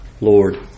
Lord